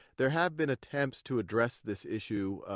there have been attempts to address this issue.